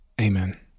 Amen